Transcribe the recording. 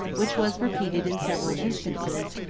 which was repeated in several instances,